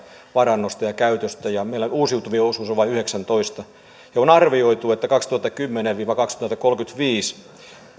energiavarannoista ja käytöstä ja meillä uusiutuvien osuus on vain yhdeksäntoista on arvioitu että kaksituhattakymmenen viiva kaksituhattakolmekymmentäviisi